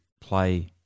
play